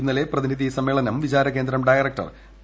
ഇന്നലെ പ്രതിനിധി സമ്മേളനം വിചാര കേന്ദ്രം ഡയറക്ടർ പി